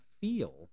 feel